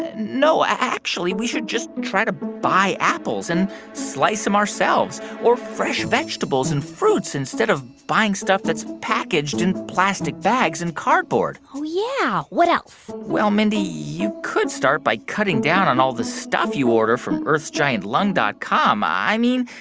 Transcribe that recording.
ah no. actually, we should just try to buy apples and slice them ourselves or fresh vegetables and fruits instead of buying stuff that's packaged in plastic bags and cardboard oh, yeah. what else? well, mindy, you could start by cutting down on all of the stuff you order from earthsgiantlung dot com. i mean,